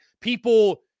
people